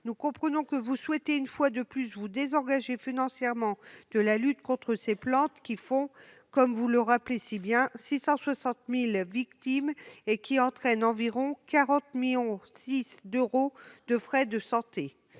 fois de plus, vous souhaitez vous désengager financièrement de la lutte contre des plantes qui font, comme vous le rappelez si bien, 660 000 victimes et qui entraînent environ 40,6 millions d'euros de frais de santé.